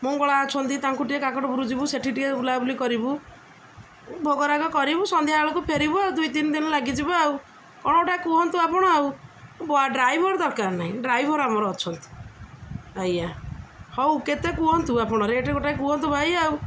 ମଙ୍ଗଳା ଅଛନ୍ତି ତାଙ୍କୁ ଟିକେ କାକଟପୁର ଯିବୁ ସେଠି ଟିକେ ବୁଲାବୁଲି କରିବୁ ଭୋଗରାଗ କରିବୁ ସନ୍ଧ୍ୟା ବେଳକୁ ଫେରିବୁ ଆଉ ଦୁଇ ତିନି ଦିନ ଲାଗିଯିବ ଆଉ କ'ଣ ଗୋଟା କୁହନ୍ତୁ ଆପଣ ଆଉ ଡ୍ରାଇଭର ଦରକାର ନାହିଁ ଡ୍ରାଇଭର ଆମର ଅଛନ୍ତି ଆଜ୍ଞା ହଉ କେତେ କୁହନ୍ତୁ ଆପଣ ରେଟ୍ ଗୋଟେ କୁହନ୍ତୁ ଭାଇ ଆଉ